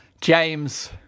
James